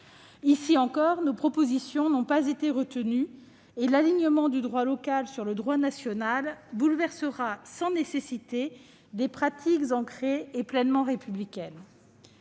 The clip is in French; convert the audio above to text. Ici encore, nos propositions n'ont pas été retenues et l'alignement du droit local sur le droit national bouleversera sans nécessité des pratiques ancrées et profondément républicaines.